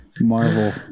marvel